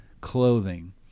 Clothing